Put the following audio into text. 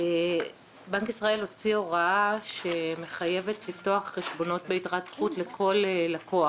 בנק ישראל הוציא הוראה שמחייבת לפתוח חשבונות ביתרת זכות לכל לקוח.